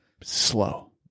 slow